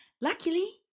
Luckily